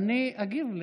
אני אגיב לך.